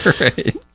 right